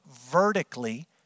vertically